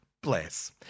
Bless